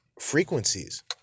frequencies